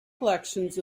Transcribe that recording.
collections